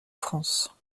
france